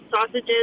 sausages